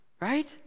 right